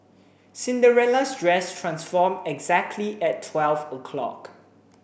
Cinderella's dress transformed exactly at twelve o'clock